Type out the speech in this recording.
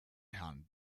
herrn